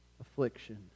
affliction